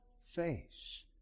face